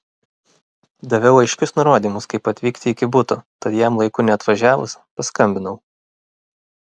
daviau aiškius nurodymus kaip atvykti iki buto tad jam laiku neatvažiavus paskambinau